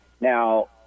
Now